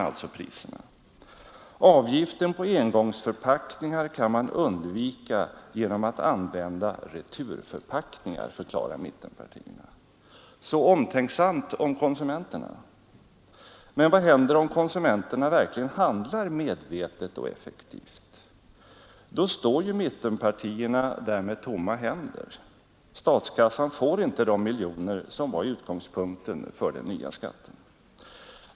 Avgiften på engångsförpackningar kan man undvika genom att använda returförpackningar, förklarar mittenpartierna. Så omtänksamt om konsumenterna! Men vad händer om konsumenterna verkligen handlar medvetet och effektivt? Då står ju mittenpartierna där med tomma händer; statskassan får inte in de miljoner som var utgångspunkten för den nya skatten.